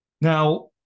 now